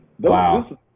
Wow